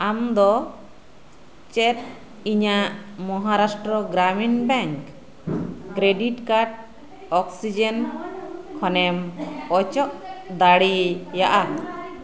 ᱟᱢᱫᱚ ᱪᱮᱫ ᱤᱧᱟᱹᱜ Maharashtra Gramin bank credit card ᱚᱠᱥᱤᱡᱮᱱ ᱠᱷᱚᱱᱮᱢ ᱚᱪᱚᱜ ᱫᱟᱲᱮᱭᱟᱜᱼᱟ